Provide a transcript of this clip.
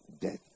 death